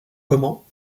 comment